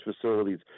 facilities